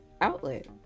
outlet